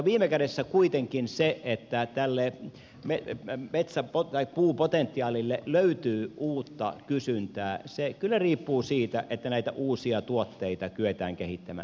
viime kädessä kuitenkin se että tälle puupotentiaalille löytyy uutta kysyntää riippuu kyllä siitä että näitä uusia tuotteita kyetään kehittämään